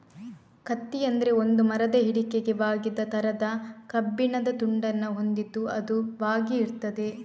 ಕತ್ತಿ ಅಂದ್ರೆ ಒಂದು ಮರದ ಹಿಡಿಕೆಗೆ ಬಾಗಿದ ತರದ ಕಬ್ಬಿಣದ ತುಂಡನ್ನ ಹೊಂದಿದ್ದು ಅದು ಬಾಗಿ ಇರ್ತದೆ